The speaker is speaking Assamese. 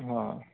অ'